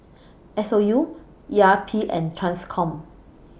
S O U E R P and TRANSCOM